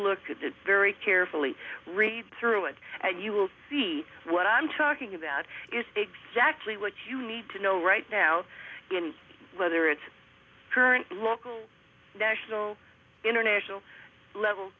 that very carefully read through it and you will see what i'm talking about is exactly what you need to know right now whether it's current local national international level